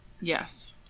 Yes